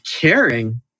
caring